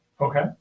Okay